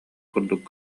курдук